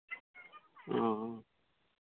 ᱚ